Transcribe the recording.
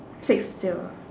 six table